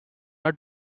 not